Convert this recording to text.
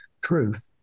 truth